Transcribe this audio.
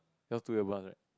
cause to about it